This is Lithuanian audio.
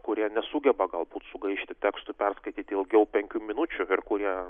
kurie nesugeba galbūt sugaišti tekstų perskaityti ilgiau penkių minučių ir kurie